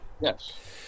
Yes